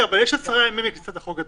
אבל יש עשרה מכניסת החוק לתוקף.